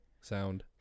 sound